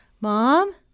Mom